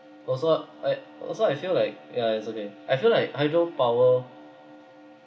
also I also I feel like yeah it's okay I feel like hydro power